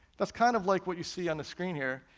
that's kind of like what you see on the screen here.